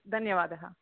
धन्यवादः